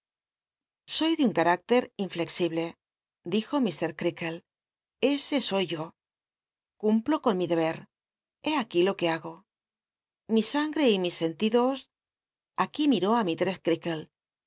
soy de un cm iclca inflexible lijo mt crcaklc ese soy yo cumplo con mi debct hé aquí lo que hago mi sangre y mis sentidos aquí miró mislt'css creakle mi